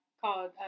called